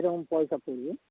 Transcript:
কি রকম পয়সা পড়বে